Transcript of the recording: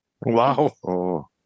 Wow